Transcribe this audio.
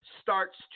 starts